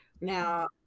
Now